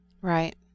Right